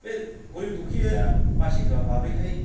बे गोरिब दुखिया मानसिफ्रा माबोरैहाय